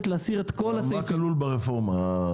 מה כלול ברפורמה?